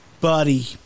Buddy